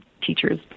teachers